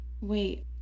Wait